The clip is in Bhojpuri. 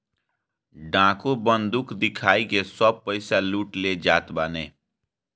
डाकू बंदूक दिखाई के सब पईसा लूट ले जात बाने